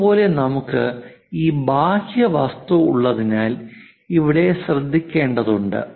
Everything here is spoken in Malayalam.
അതുപോലെ നമുക്ക് ഈ ബാഹ്യ വസ്തു ഉള്ളതിനാൽ ഇവിടെ ശ്രദ്ധിക്കേണ്ടതുണ്ട്